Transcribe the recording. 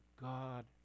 God